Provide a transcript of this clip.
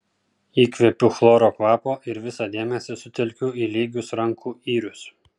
įkvepiu chloro kvapo ir visą dėmesį sutelkiu į lygius rankų yrius